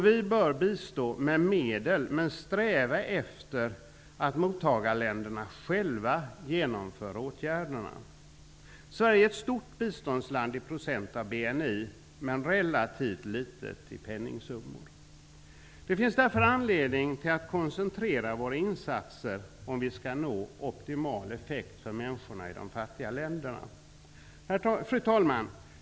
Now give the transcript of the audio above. Vi bör bistå med medel, men sträva efter att mottagarländerna själva genomför åtgärderna. Sverige är ett stort biståndsland i procent av BNI, men relativt litet vad gäller penningsummor. Det finns därför anledning för oss att koncentrera våra insatser, om vi skall nå optimal effekt för människorna i de fattiga länderna. Fru talman!